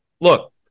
Look